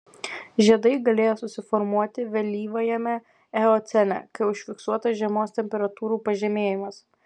žiedai galėjo susiformuoti vėlyvajame eocene kai užfiksuotas žiemos temperatūrų pažemėjimas